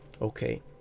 okay